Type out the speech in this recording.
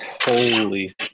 Holy